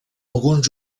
alguns